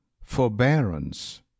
Forbearance